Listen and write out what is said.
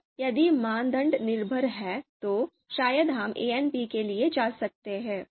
अब यदि मानदंड निर्भर हैं तो शायद हम ANP के लिए जा सकते हैं